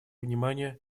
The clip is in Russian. внимания